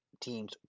teams